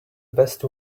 best